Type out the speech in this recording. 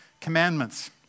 commandments